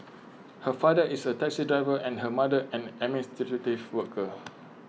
her father is A taxi driver and her mother an administrative worker